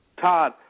Todd